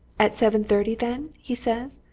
at seven-thirty, then he says.